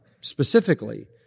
specifically